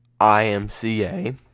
IMCA